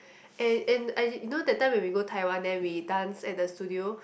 and and I you know that time when we go Taiwan then we dance at the studio